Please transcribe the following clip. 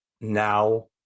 now